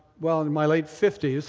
well, in my late fifty s,